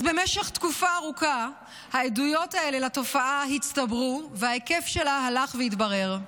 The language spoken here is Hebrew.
אז במשך תקופה ארוכה העדויות האלה לתופעה הצטברו וההיקף שלה הלך והתברר.